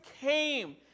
came